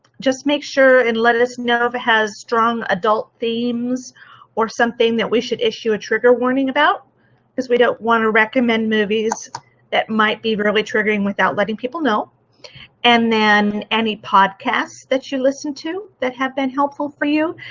just make sure and let us know if it has strong adult themes or something that we should issue a trigger warning about because we don't want to recommend movies that might be really triggering without letting people know and then any pod cast that you listen to that have been helpful for you.